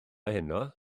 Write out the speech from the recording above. heno